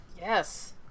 Yes